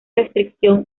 restricción